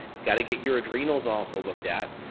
gotta get your adrenals also looked at,